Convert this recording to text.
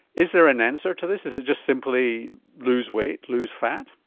is there an answer to this, is it just simply lose weight, loose fat?